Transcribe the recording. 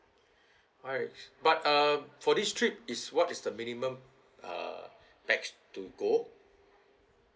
I see but um for this trip is what is the minimum uh pax to go